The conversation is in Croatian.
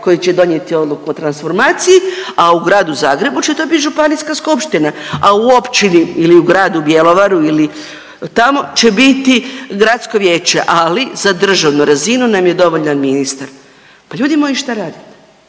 koji će donijeti odluku o transformaciji, a u gradu Zagrebu će to biti županijska skupština, a u općini ili u gradu Bjelovaru ili tamo će biti gradsko vijeće. Ali za državnu razinu nam je dovoljan ministar. Pa ljudi moji šta radimo?